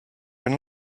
and